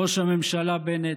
ראש הממשלה בנט,